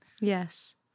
Yes